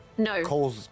No